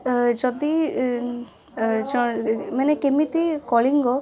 ଏ ଯଦି ଏ ଏ ମାନେ କେମିତି କଳିଙ୍ଗ